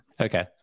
Okay